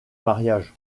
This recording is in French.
mariage